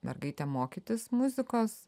mergaite mokytis muzikos